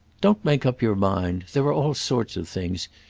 don't make up your mind. there are all sorts of things.